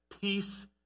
Peace